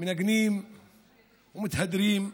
מנגנים ומתהדרים: